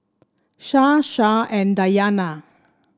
Shah Shah and Dayana